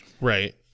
Right